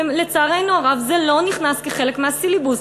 ולצערנו הרב זה לא נכנס כחלק מהסילבוס.